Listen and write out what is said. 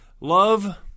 Love